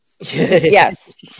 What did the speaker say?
yes